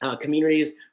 Communities